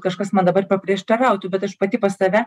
kažkas man dabar paprieštarautų bet aš pati pas save